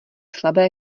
slabé